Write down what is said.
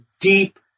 deep